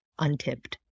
untipped